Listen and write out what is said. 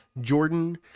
Jordan